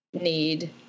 need